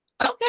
Okay